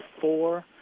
four